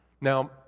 Now